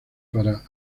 para